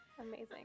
amazing